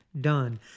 done